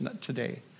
today